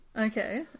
Okay